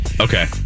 Okay